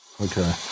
Okay